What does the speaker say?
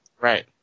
Right